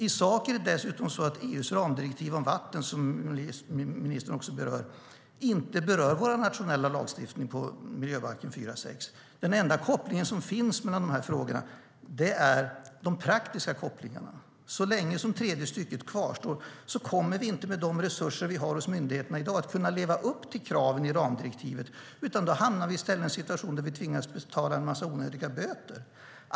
I sak är det dessutom så att EU:s ramdirektiv om vatten, som ministern nämner, inte berör vår nationella lagstiftning i miljöbalken 4 kap. 6 §. De enda kopplingar som finns mellan de här frågorna är de praktiska kopplingarna. Så länge tredje stycket kvarstår kommer vi inte att kunna leva upp till kraven i ramdirektivet med de resurser vi har hos myndigheterna i dag. Då hamnar vi i stället i en situation där vi tvingas betala en massa onödiga böter.